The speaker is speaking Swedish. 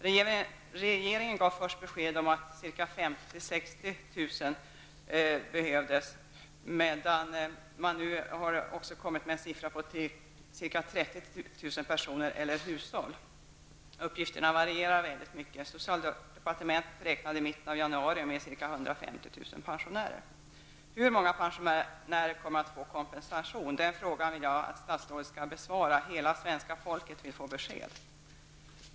Regeringen gav först besked om 50 000--60 000 för att senare dra ner antalet till ca Socialdepartementet räknade i mitten av januari med ca 150 000 pensionärer i denna situation. Hur många pensionärer kommer att få kompensation? Den frågan vill jag att statsrådet skall besvara -- hela svenska folket vill få besked.